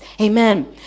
Amen